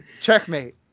Checkmate